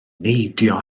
neidio